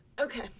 Okay